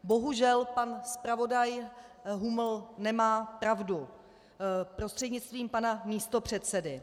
Bohužel pan zpravodaj Huml nemá pravdu, prostřednictvím pana místopředsedy.